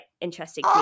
interesting